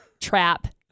trap